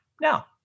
Now